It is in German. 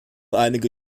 einige